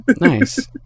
Nice